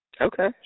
Okay